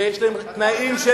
שיש להם תנאים של,